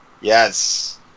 Yes